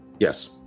Yes